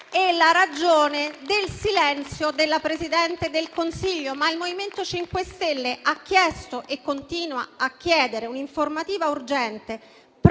e la ragione del silenzio della Presidente del Consiglio. Il MoVimento 5 Stelle ha chiesto e continua a chiedere un'informativa urgente